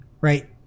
right